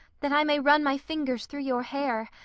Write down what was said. that i may run my fingers through your hair,